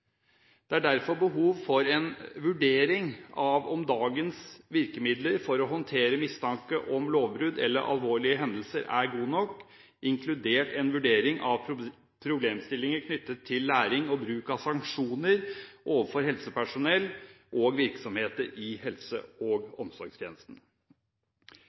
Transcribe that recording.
Det er derfor behov for en vurdering av om dagens virkemidler for å håndtere mistanke om lovbrudd eller alvorlige hendelser er gode nok, inkludert en vurdering av problemstillinger knyttet til læring og bruk av sanksjoner overfor helsepersonell og virksomheter i helse-